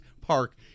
Park